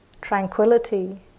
tranquility